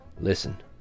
Listen